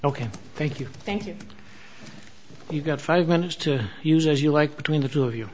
ok thank you thank you you've got five managed to use as you like between the two of you